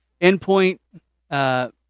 endpoint